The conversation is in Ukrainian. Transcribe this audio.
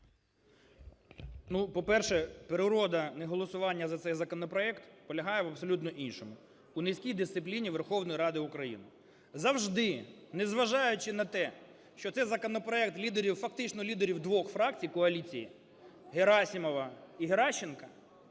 по-перше, природа неголосування за цей законопроект полягає в абсолютно іншому: у низькій дисципліні Верховної Ради України. Завжди, незважаючи на те, що цей законопроект лідерів, фактично лідерів двох фракцій коаліції, Герасимова і Геращенка,